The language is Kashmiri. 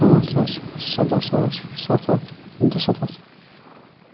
پانٛژھ لچھ سدا ساس ستھ ہتھ دُستتھ